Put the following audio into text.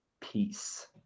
Peace